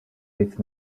with